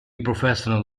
professional